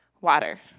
water